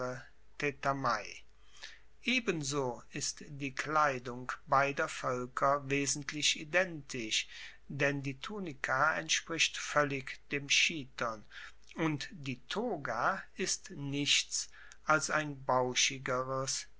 ebenso ist die kleidung beider voelker wesentlich identisch denn die tunika entspricht voellig dem chiton und die toga ist nichts als ein bauschigeres